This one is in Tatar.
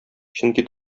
чөнки